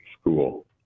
school